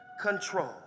control